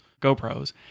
GoPros